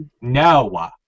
No